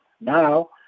Now